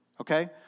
okay